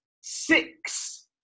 six